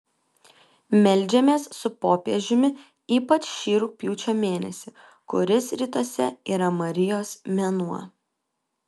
meldžiamės su popiežiumi ypač šį rugpjūčio mėnesį kuris rytuose yra marijos mėnuo